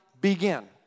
begin